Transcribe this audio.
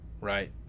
right